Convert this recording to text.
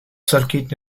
circuit